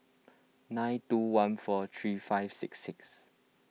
nine two one four three five six six